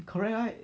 correct right